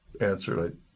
answered